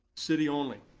city only.